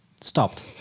Stopped